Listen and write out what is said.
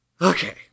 Okay